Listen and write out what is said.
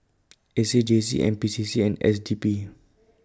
A C J C N P C C and S D P